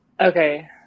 Okay